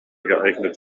geeignet